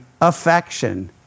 affection